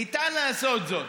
ניתן לעשות זאת.